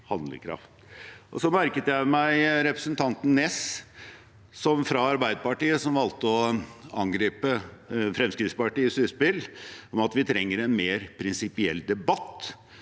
Jeg merket meg representanten Sivertsen Næss, fra Arbeiderpartiet, som valgte å angripe Fremskrittspartiets utspill om at vi trenger en mer prinsipiell debatt